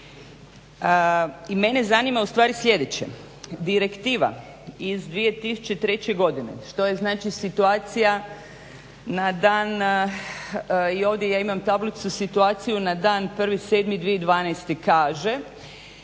I mene zanima u stvari sljedeće. Direktiva iz 2003. godine što je znači situacija na dan i ovdje ja imam tablicu, situaciju na dan 1.7.2012. kaže